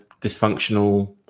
dysfunctional